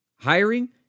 Hiring